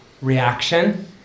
Reaction